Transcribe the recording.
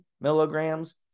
milligrams